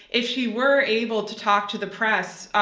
if she were able to talk to the press,